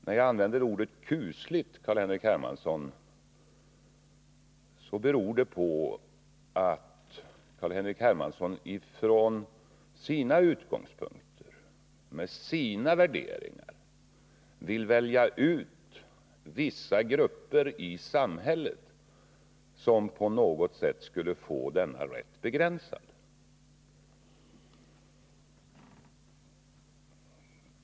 När jag använder ordet kusligt beror det på att Carl-Henrik Hermansson från sina utgångspunkter och med sina värderingar vill välja ut vissa grupper i samhället som på något sätt skulle få denna rätt begränsad.